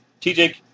TJ